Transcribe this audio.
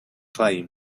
claim